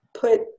put